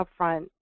upfront